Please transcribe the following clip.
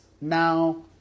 now